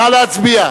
נא להצביע.